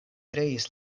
kreis